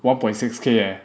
one point six K eh